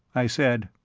i said.